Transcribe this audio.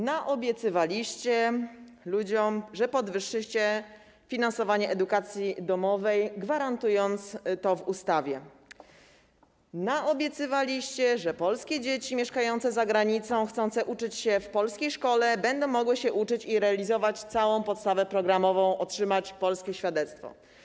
Naobiecywaliście ludziom, że podwyższycie finansowanie edukacji domowej, gwarantując to w ustawie, naobiecywaliście, że polskie dzieci mieszkające za granicą, chcące uczyć się w polskiej szkole będą mogły się uczyć i realizować całą podstawę programową, otrzymać polskie świadectwo.